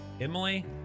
Emily